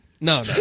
no